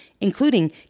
including